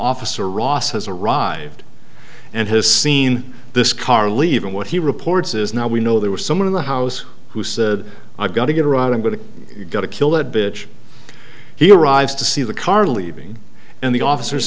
officer ross has arrived and has seen this car leaving what he reports is now we know there was someone in the house who said i've got to get her out i'm going to go to kill that bitch he arrives to see the car leaving and the officers